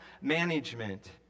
management